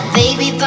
baby